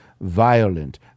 violent